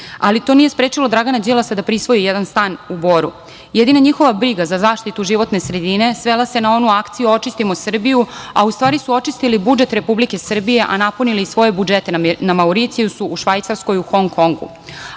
Ali, to nije sprečilo Dragana Đilasa da prisvoji jedan stan u Boru. Jedina njihova briga za zaštitu životne sredine, svela se na onu akciju – Očistimo Srbiju, a ustvari su očistili budžet Republike Srbije, a napunili svoje budžete na Mauricijusu, u Švajcarskoj, u Hong Kongu.